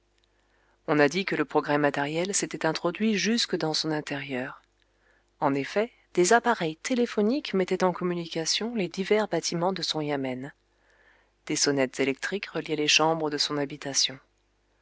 on a dit que le progrès matériel s'était introduit jusque dans son intérieur en effet des appareils téléphoniques mettaient en communication les divers bâtiments de son yamen des sonnettes électriques reliaient les chambres de son habitation